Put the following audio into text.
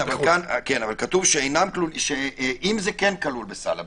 אם זה כן כלול בסל הבריאות.